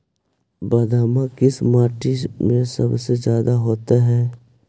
बादाम किस माटी में सबसे ज्यादा होता है?